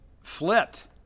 flipped